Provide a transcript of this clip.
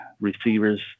receivers